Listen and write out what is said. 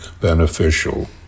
beneficial